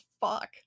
fuck